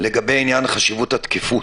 לגבי חשיבות התקפות.